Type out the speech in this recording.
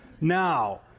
Now